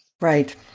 Right